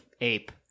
ape